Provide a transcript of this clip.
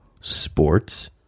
sports